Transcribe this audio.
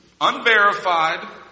unverified